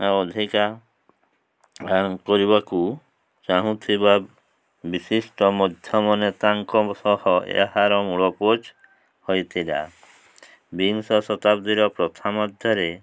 ଅଧିକା କରିବାକୁ ଚାହୁଁଥିବା ବିଶିଷ୍ଟ ମଧ୍ୟମ ନେତାଙ୍କ ସହ ଏହାର ମୂଳପୋଛ୍ ହୋଇଥିଲା ବିଂଶ ଶତାବ୍ଦୀର ପ୍ରଥମାଧ୍ୟରେ